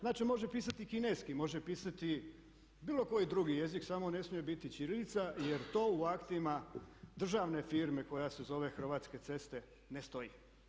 Znači može pisati i kineski, može pisati bilo koji drugi jezik samo ne smije biti ćirilica jer to u aktima državne firme koja se zove Hrvatske ceste ne stoji.